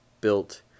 built